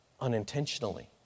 Unintentionally